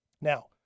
Now